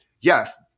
yes